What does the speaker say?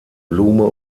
blume